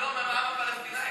שלום עם העם הפלסטיני.